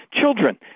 children